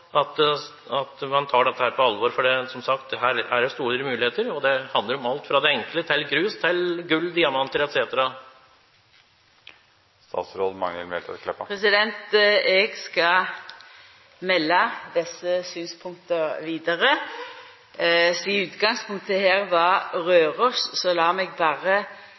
at statsråden snakker med flere statsråder om dette, og at man tar dette på alvor. For her er det som sagt store muligheter, og det handler om alt fra det enkle, som grus, til gull, diamanter etc. Eg skal melda desse synspunkta vidare. Lat meg berre understreka, sidan utgangspunktet her var Røros,